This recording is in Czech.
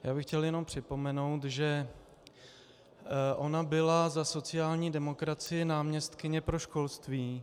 Já bych chtěl jenom připomenout, že ona byla za sociální demokracii náměstkyně pro školství.